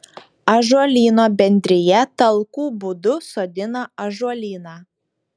ąžuolyno bendrija talkų būdu sodina ąžuolyną